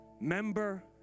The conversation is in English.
member